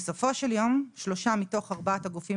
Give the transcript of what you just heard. בסופו של יום שלושה מתוך ארבעת הגופים